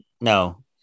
No